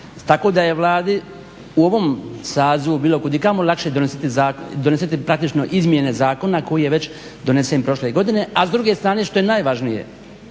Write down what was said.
tako da je Vladi u ovom sazivu bilo kud i kamo donositi praktično izmjene zakona koji je već donesen prošle godine. A s druge strane što je najvažnije